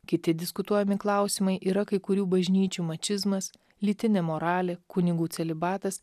kiti diskutuojami klausimai yra kai kurių bažnyčių mačizmas lytinė moralė kunigų celibatas